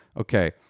Okay